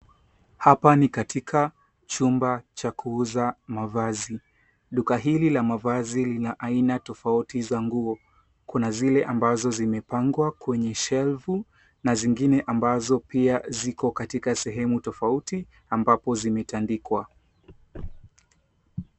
Hapa ni katika chumba cha kuuza mavazi. Duka hili la mavazi lina aina tofauti za nguo. kuna zile ambazo zimepangwa kwenye shelvu na zingine ambazo pia ziko katika sehemu tofauti ambazo zimetandikwa.